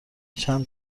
چند